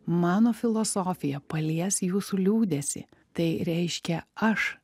mano filosofija palies jūsų liūdesį tai reiškia aš